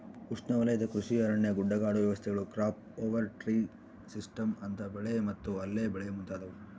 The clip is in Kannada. ಉಷ್ಣವಲಯದ ಕೃಷಿ ಅರಣ್ಯ ಗುಡ್ಡಗಾಡು ವ್ಯವಸ್ಥೆಗಳು ಕ್ರಾಪ್ ಓವರ್ ಟ್ರೀ ಸಿಸ್ಟಮ್ಸ್ ಅಂತರ ಬೆಳೆ ಮತ್ತು ಅಲ್ಲೆ ಬೆಳೆ ಮುಂತಾದವು